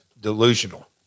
delusional